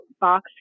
box